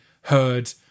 heard